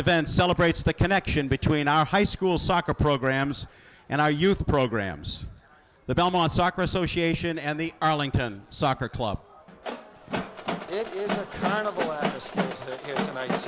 event celebrates the connection between our high school soccer programs and our youth programs the belmont soccer association and the arlington soccer club